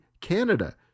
Canada